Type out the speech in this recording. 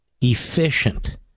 efficient